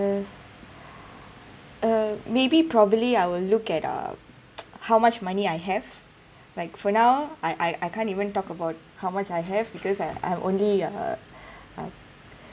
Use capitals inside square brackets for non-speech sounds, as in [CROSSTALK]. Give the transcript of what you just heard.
[BREATH] uh maybe probably I will look at uh [NOISE] how much money I have like for now I I I can't even talk about how much I have because I I'm only a [BREATH] uh